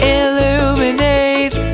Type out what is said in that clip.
illuminate